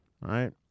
Right